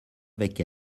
avec